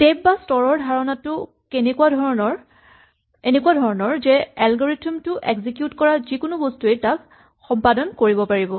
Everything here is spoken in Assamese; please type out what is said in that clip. স্টেপ বা স্তৰৰ ৰ ধাৰণাটো এনেকুৱা ধৰণৰ যে এলগৰিথম টো এক্সিকিউট কৰা যিকোনো বস্তুৱেই তাক সম্পাদন কৰিব পাৰিব